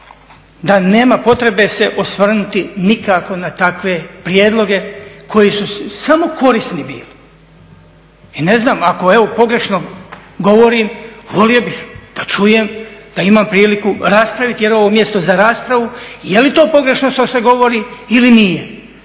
se nema potrebe osvrnuti nikako na takve prijedloge koji su samo korisni bili. Ne znam, ako pogrešno govorim volio bih da čujem da imam priliku raspraviti jer je ovo mjesto za raspravu jeli to pogrešno što se govori ili nije.